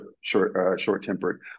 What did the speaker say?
short-tempered